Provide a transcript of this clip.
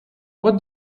what